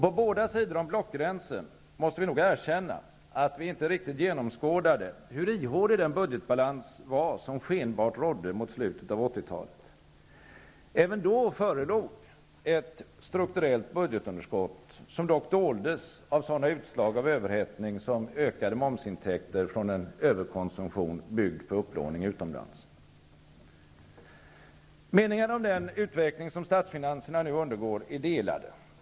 På båda sidor om blockgränsen måste vi nog erkänna att vi inte riktigt genomskådade hur ihålig den budgetbalans var som skenbart rådde mot slutet av 80-talet. Även då förelåg ett strukturellt budgetunderskott, som dock doldes av sådana utslag av överhettning som ökade momsintäkter från en överkonsumtion byggd på upplåning utomlands. Meningarna om den utveckling som statsfinanserna nu undergår är delade.